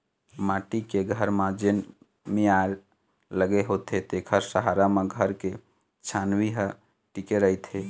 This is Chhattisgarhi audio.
माटी के घर म जेन मियार लगे होथे तेखरे सहारा म घर के छानही ह टिके रहिथे